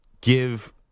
give